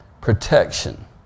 protection